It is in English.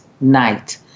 night